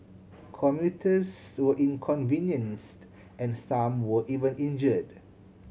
commuters were inconvenienced and some were even injured